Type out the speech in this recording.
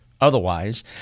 otherwise